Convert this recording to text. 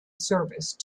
service